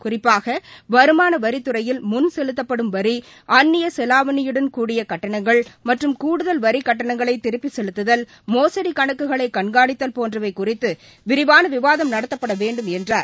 குறிப்பாக வருமான வரித்துறையில் முன் செலுத்தப்படும் வரி அந்நிய செலாவணியுடன் கூடிய கட்டணங்கள் மற்றும் கூடுதல் வரி கட்டணங்களை திருப்பி செலுத்துதல் மோசடி கணக்குகளை கண்காணித்தல் போன்றவை குறித்து விரிவான விவாதம் நடத்தப்பட வேண்டும் என்றார்